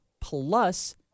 Plus